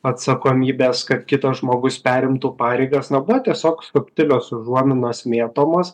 atsakomybės kad kitas žmogus perimtų pareigas na buvo tiesiog subtilios užuominos mėtomos